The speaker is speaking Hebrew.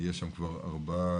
יש שם כבר ארבעה,